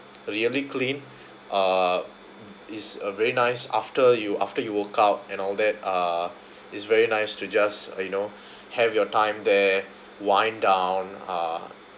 really clean uh it's a very nice after you after you work up and all that uh it's very nice to just you know have your time there wind down uh